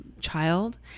child